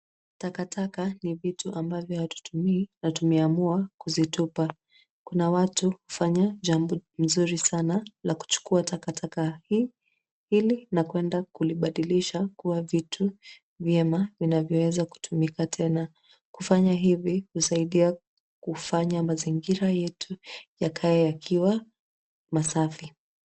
Takataka ni vitu ambavyo hatutumii na tumeamua kuzitupa. Kuna watu hufanya jambo nzuri sana la kuchukua takataka hii ili na kuenda kulibadilisha kuwa vitu vyema vinavyoweza kutumika tena. Kufanya hivi husaidia kufanya mazingira yetu yakae yakiwa masafi.